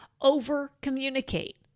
Over-communicate